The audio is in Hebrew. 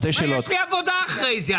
יש לי עבודה אחרי זה,